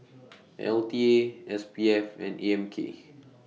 L T A S P F and A M K